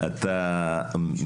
באתי